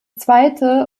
zweite